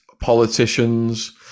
politicians